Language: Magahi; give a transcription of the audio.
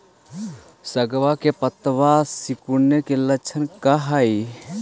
सगवा के पत्तवा सिकुड़े के लक्षण का हाई?